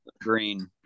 green